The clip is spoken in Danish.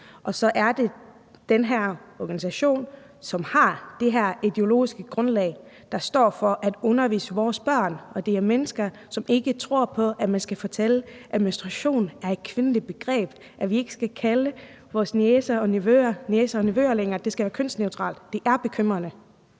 og så er det den her organisation, som har det her ideologiske grundlag, der står for at undervise vores børn. Det er mennesker, som ikke tror på, at man skal fortælle, at menstruation er et kvindeligt begreb, og mener, at vi ikke skal kalde vores niecer og nevøer niecer og nevøer længere, men at det skal være kønsneutralt. Det er bekymrende.